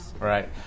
Right